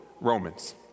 Romans